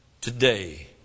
today